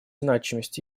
значимость